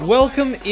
welcome